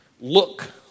Look